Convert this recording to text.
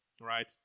right